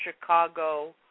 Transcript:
Chicago